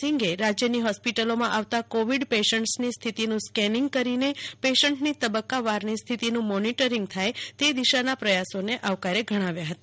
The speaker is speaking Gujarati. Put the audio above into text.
સિંઘે રાજ્યની હોસ્પિટલોમાં આવતા કોવિડ પેશન્ટ્સની સ્થિતિનું સ્કેનિંગ કરીને પેશન્ટની તબક્કાવારની સ્થિતિનું મોનિટરિંગ થાય તે દિશાના પ્રયાસોને આવકાર્ય ગણાવ્યા હતા